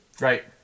Right